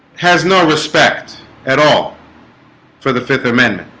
has no respect at all for the fifth amendment